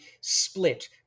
split